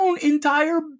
entire